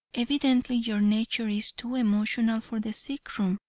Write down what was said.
evidently your nature is too emotional for the sick room,